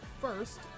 first